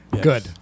good